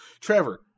Trevor